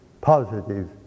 positive